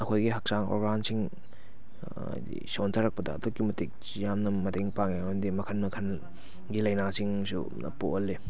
ꯑꯩꯈꯣꯏꯒꯤ ꯍꯛꯆꯥꯡ ꯑꯣꯔꯒꯥꯟꯁꯤꯡ ꯁꯣꯟꯊꯔꯛꯄꯗ ꯑꯗꯨꯛꯀꯤ ꯃꯇꯤꯛ ꯌꯥꯝꯅ ꯃꯇꯦꯡ ꯄꯥꯡꯏ ꯃꯔꯝꯗꯤ ꯃꯈꯜ ꯃꯈꯜ ꯒꯤ ꯂꯥꯏꯅꯥꯁꯤꯡꯁꯨ ꯄꯣꯛꯍꯜꯂꯤ